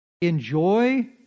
enjoy